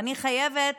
ואני חייבת